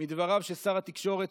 מדבריו של שר התקשורת,